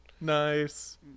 Nice